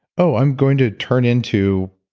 oh, i'm going to turn into